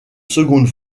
seconde